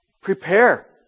prepare